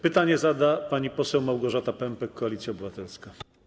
Pytanie zada pani poseł Małgorzata Pępek, Koalicja Obywatelska.